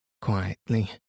quietly